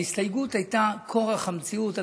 ההסתייגות הייתה כורח המציאות.